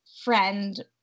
friend